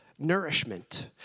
nourishment